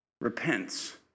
repents